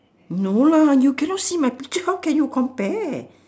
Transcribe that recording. no lah you cannot see my picture how can you compare